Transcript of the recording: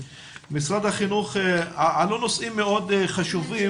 עלו נושאים מאוד חשובים